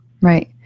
Right